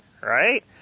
right